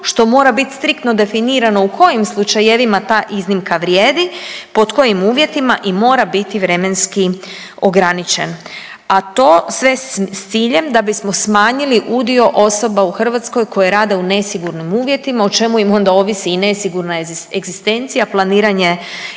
što mora bit striktno definirano u kojim slučajevima ta iznimka vrijedi, pod kojim uvjetima i mora biti vremenski ograničen. A to sve s ciljem da bismo smanjili udio osoba u Hrvatskoj koji rade u nesigurnim uvjetima o čemu im onda ovisi i nesigurna egzistencija, planiranje